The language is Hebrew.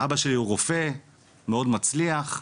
אבא שלי הוא רופא מאוד מצליח,